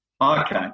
Okay